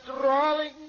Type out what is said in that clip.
drawing